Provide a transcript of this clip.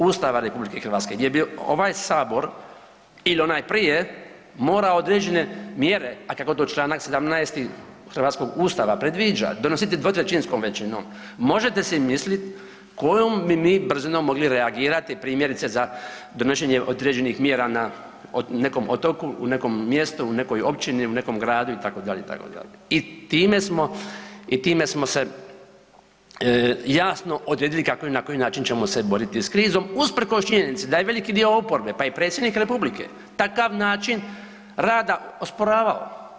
Ustava RH gdje je bio ovaj sabor ili onaj prije mora određene mjere, a kako to čl. 17. hrvatskog ustava predviđa, donositi dvotrećinskom većinom, možete si mislit kojom bi mi brzinom mogli reagirati primjerice za donošenje određenih mjera na nekom otoku, u nekom mjestu, u nekoj općini, u nekom gradu itd., itd. i time smo, i time smo se jasno odredili kako i na koji način ćemo se boriti s krizom usprkos činjenici da je veliki dio oporbe, pa i predsjednik republike takav način rada osporavao.